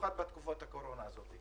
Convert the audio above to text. כאשר העברנו את תקציב הקורונה בפעם הראשונה,